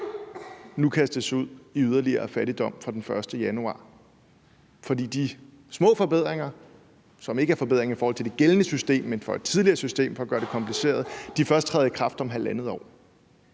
kastes ud i yderligere fattigdom fra den 1. januar, fordi de små forbedringer, som ikke er forbedringer i forhold til det gældende system, men i forhold til et tidligere system, for at gøre det kompliceret, først træder i kraft om halvandet år.